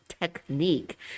technique